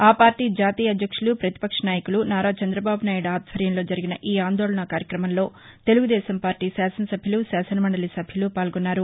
ఆ పార్లీ జాతీయ అధ్యక్షులు ప్రతిపక్ష నాయకులు నారా చంద్రబాబు నాయుడు ఆధ్వర్యంలో జరిగిన ఈ ఆందోళనా కార్యక్రమంలో తెలుగుదేశం పార్టీ శాసనసభ్యులు శాసన మండలి సభ్యులు పాల్గొన్నారు